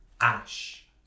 ash